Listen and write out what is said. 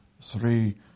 three